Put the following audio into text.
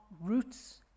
roots